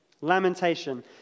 Lamentation